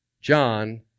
John